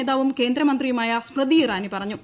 നേതാവും കേന്ദ്രമന്ത്രിയുമായ സ്മൃതി ഇറാനി പറഞ്ഞു